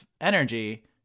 energy